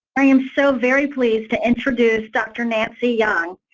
i am so very pleased to introduce dr. nancy young.